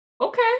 okay